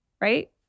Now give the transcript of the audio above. right